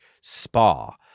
spa